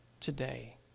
today